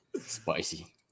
spicy